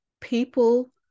people